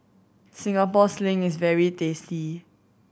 Singapore Sling is very tasty